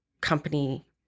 company